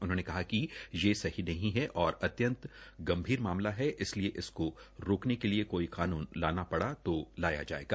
उन्होंने कहा कि ये सही नहीं है और अत्यंत गंभीर मामला है इसलिए इसको रोकने के लिए कोई कानून लाना पड़ा तो लाया जायेगा